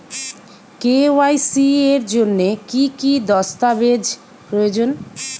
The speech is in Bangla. কে.ওয়াই.সি এর জন্যে কি কি দস্তাবেজ প্রয়োজন?